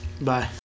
Bye